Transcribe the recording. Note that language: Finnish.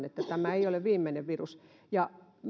että tämä ei ole viimeinen virus